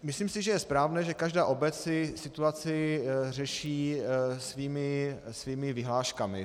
Myslím si, že je správné, že každá obec si situaci řeší svými vyhláškami.